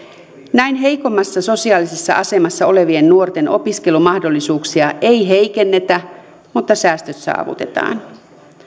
näin heikommassa sosiaalisessa asemassa olevien nuorten opiskelumahdollisuuksia ei heikennetä mutta säästöt saavutetaan